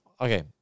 okay